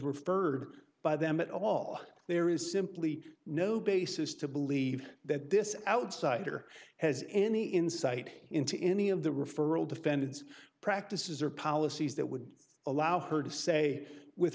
referred by them at all there is simply no basis to believe that this outsider has any insight into any of the referral defendants practices or policies that would allow her to say with